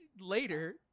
later –